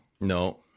No